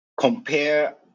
Compare